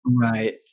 Right